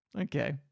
Okay